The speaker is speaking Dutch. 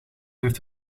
heeft